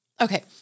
Okay